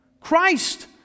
Christ